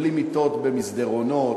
בלי מיטות במסדרונות,